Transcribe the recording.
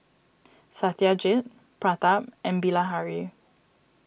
Satyajit Pratap and Bilahari